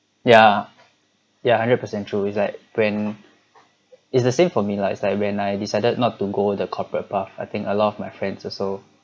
ya ya hundred percent true it's like when it's the same for me lah it's like when I decided not to go the corporate path I think a lot of my friends also